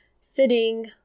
sitting